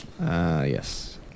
yes